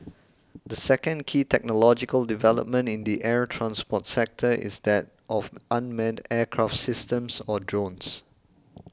the second key technological development in the air transport sector is that of unmanned aircraft systems or drones